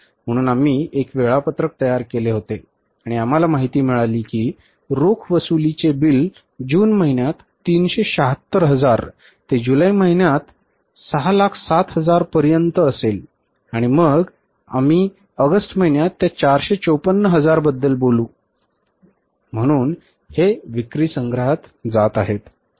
म्हणून आम्ही एक वेळापत्रक तयार केले होते आणि आम्हाला माहिती मिळाली की रोख वसुलीचे बिल जून महिन्यात 376 हजार ते जुलै महिन्यात 607000 पर्यंत असेल आणि मग आम्ही ऑगस्ट महिन्यात त्या 454 हजार बद्दल बोलू बरोबर म्हणून हे विक्री संग्रहात जात आहेत